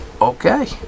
Okay